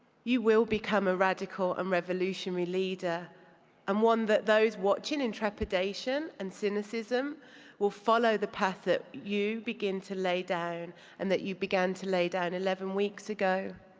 you will become a radical and revolutionary leader and um one that those watching in trepidation and cynicism will follow the path that you begin to lay down and that you began to lay down eleven weeks ago.